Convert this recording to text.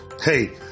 Hey